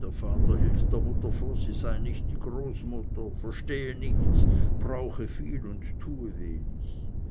der vater hielt der mutter vor sie sei nicht die großmutter verstehe nichts brauche viel und tue wenig